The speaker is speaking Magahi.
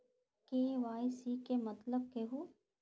के.वाई.सी के मतलब केहू?